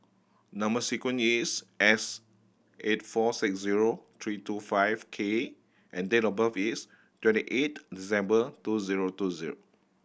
number sequence is S eight four six zero three two five K and date of birth is twenty eight two zero two zero